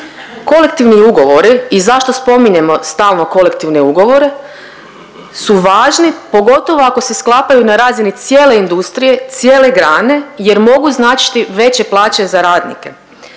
Kolektivni ugovori i zašto spominjemo stalno kolektivne ugovore su važni pogotovo ako se sklapaju na razini cijele industrije, cijele grane jer mogu značiti veće plaće za radnike.